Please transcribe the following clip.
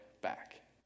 back